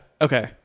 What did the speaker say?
Okay